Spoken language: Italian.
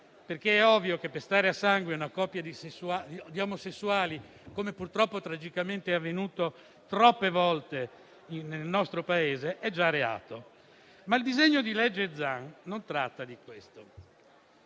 perché è ovvio che pestare a sangue una coppia di omosessuali, come purtroppo è tragicamente avvenuto troppe volte nel nostro Paese, è già reato. Tuttavia il disegno di legge Zan non tratta di questo,